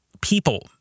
people